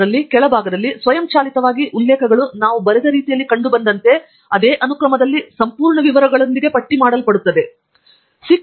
ಅದರಲ್ಲಿ ಕೆಳಭಾಗದಲ್ಲಿ ಸ್ವಯಂಚಾಲಿತವಾಗಿ ಉಲ್ಲೇಖಗಳು ನಾವು ಬರೆದ ರೀತಿಯಲ್ಲಿ ಕಂಡುಬಂದಂತೆ ಅದೇ ಅನುಕ್ರಮದಲ್ಲಿ ಸಂಪೂರ್ಣ ವಿವರಗಳೊಂದಿಗೆ ಪಟ್ಟಿಮಾಡಲ್ಪಟ್ಟಿವೆ